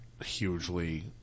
hugely